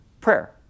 prayer